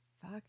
Fuck